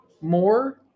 more